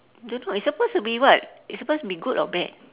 don't know it's supposed to be what it's supposed to be good or bad